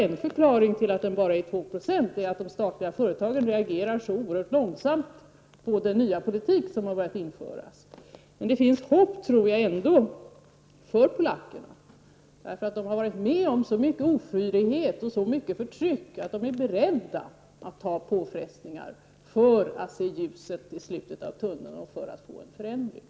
En förklaring till att den bara är 2 9o är att de statliga företagen reagerar så oerhört långsamt på den nya politik som har börjat införas. Men det finns nog ändå hopp för polackerna. De har fått utstå så mycken ofrihet och så stort förtryck att de är beredda att leva under påfrestningar för att se ljuset i slutet av tunneln och få till stånd förändringar.